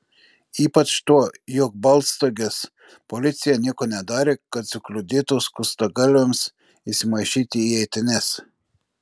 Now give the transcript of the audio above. ypač tuo jog baltstogės policija nieko nedarė kad sukliudytų skustagalviams įsimaišyti į eitynes